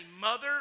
mother